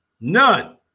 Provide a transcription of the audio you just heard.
none